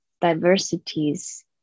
diversities